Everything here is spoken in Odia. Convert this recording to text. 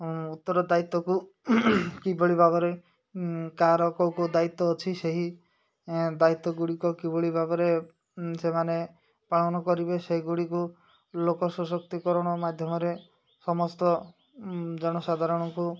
ଉତ୍ତର ଦାୟିତ୍ୱକୁ କିଭଳି ଭାବରେ କାହାର କେଉଁ କେଉଁ ଦାୟିତ୍ୱ ଅଛି ସେହି ଦାୟିତ୍ୱ ଗୁଡ଼ିକ କିଭଳି ଭାବରେ ସେମାନେ ପାଳନ କରିବେ ସେଗୁଡ଼ିକୁ ଲୋକ ସଶକ୍ତିକରଣ ମାଧ୍ୟମରେ ସମସ୍ତ ଜନସାଧାରଣକୁ